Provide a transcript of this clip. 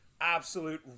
absolute